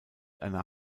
einer